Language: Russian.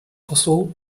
посол